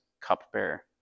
cupbearer